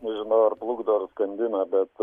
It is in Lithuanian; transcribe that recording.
nežinau ar plugdo ir skandina bet